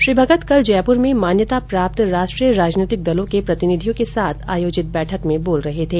श्री भगत कल जयपुर में मान्यता प्राप्त राष्ट्रीय राजनीतिक दलों के प्रतिनिधियों के साथ आयोजित बैठक में बोल रहे थे